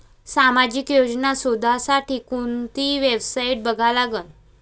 सामाजिक योजना शोधासाठी कोंती वेबसाईट बघा लागन?